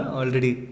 already